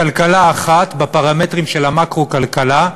בכלכלה אחת, בפרמטרים של המקרו-כלכלה,